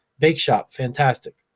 bake shop, fantastic.